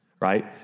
right